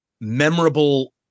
memorable